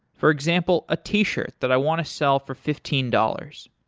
for example, a t-shirt that i want to sell for fifteen dollars.